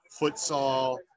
futsal